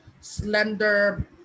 slender